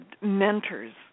mentors